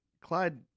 Clyde